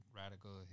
radical